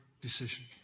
decision